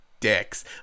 dicks